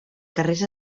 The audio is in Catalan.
carrers